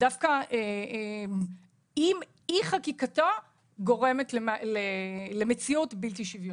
בעיניי דווקא אי חקיקתו גורמת למציאות בלתי שוויונית.